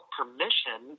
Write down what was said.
permission